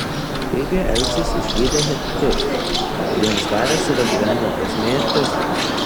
kaip jie elgsis išvydę hetitus kuriems karas yra gyvenimo prasmė ir tikslas